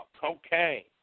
cocaine